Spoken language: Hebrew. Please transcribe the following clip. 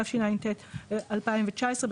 התשע"ט-2019‏,